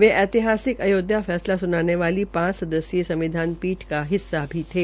वे ऐतिहासिक आयोध्या फैसला सुनाने वाली पांच सदस्यीय संविधान पीठ का हिस्सा थे